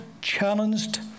challenged